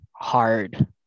hard